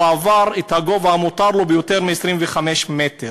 הוא עבר את הגובה המותר לו ביותר מ-25 מטר.